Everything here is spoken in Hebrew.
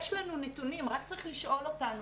יש לנו נתונים, רק צריך לשאול אותנו.